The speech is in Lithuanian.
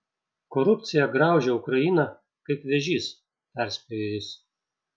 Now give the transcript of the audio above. korupcija graužia ukrainą kaip vėžys perspėjo jis